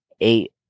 eight